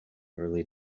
early